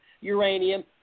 uranium